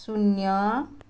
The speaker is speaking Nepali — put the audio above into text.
शून्य